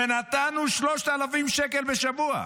ונתנו 3,000 שקל בשבוע.